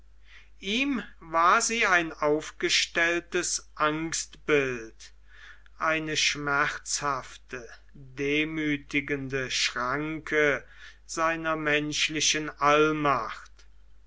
ihm war sie ein aufgestelltes angstbild eine schmerzhafte demüthigende schranke seiner menschlichen allmacht